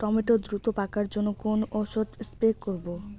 Tomato দ্রুত পাকার জন্য কোন ওষুধ স্প্রে করব?